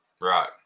Right